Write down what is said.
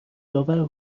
داور